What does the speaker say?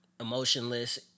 Emotionless